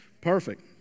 Perfect